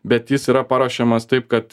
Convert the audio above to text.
bet jis yra paruošiamas taip kad